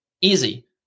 easy